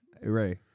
Ray